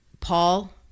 Paul